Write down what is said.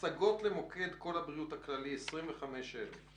השגות למוקד call הבריאות הכללי 25,333,